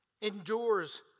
Endures